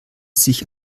sich